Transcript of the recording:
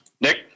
Nick